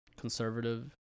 conservative